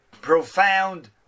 profound